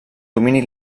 domini